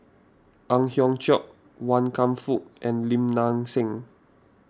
Ang Hiong Chiok Wan Kam Fook and Lim Nang Seng